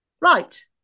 right